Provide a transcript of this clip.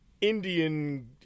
Indian